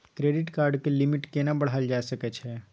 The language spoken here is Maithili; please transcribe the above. क्रेडिट कार्ड के लिमिट केना बढायल जा सकै छै?